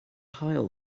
haul